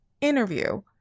interview